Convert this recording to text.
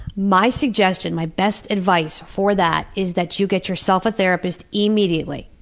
my suggestion, my best advice for that, is that you get yourself a therapist immediately,